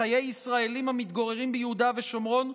בחיי ישראלים המתגוררים ביהודה ושומרון,